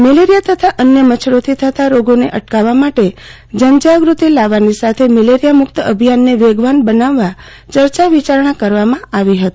malaria તથા અન્ય મચ્છરોથી થતા રોગોને અટકાવવા માટે જન જાગ્રતિ લાવવાની સાથે મલેરીયા મકત અભિયાનને વેગવાન બનાવવા ચર્ચા વિચારણા કરવામા આવી હતી